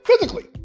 physically